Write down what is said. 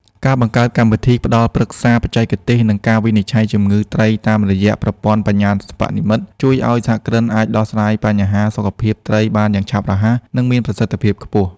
ការបង្កើតកម្មវិធីផ្តល់ប្រឹក្សាបច្ចេកទេស និងការវិនិច្ឆ័យជំងឺត្រីតាមរយៈប្រព័ន្ធបញ្ញាសិប្បនិម្មិត ជួយឱ្យសហគ្រិនអាចដោះស្រាយបញ្ហាសុខភាពត្រីបានយ៉ាងឆាប់រហ័ស និងមានប្រសិទ្ធភាពខ្ពស់។